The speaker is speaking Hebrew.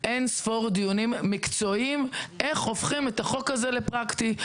אין-ספור דיונים מקצועיים איך הופכים את החוק הזה לפרקטי.